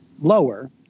lower